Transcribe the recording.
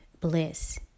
bliss